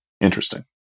Interesting